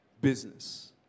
business